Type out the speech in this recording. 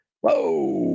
whoa